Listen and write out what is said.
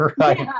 Right